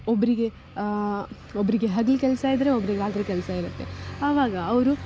ಒಬ್ಬರಿಗೆ ಒಬ್ಬರಿಗೆ ಹಗಲು ಕೆಲಸ ಇದ್ದರೆ ಒಬ್ರಿಗೆ ರಾತ್ರಿ ಕೆಲಸ ಇರುತ್ತೆ ಆವಾಗ ಅವರು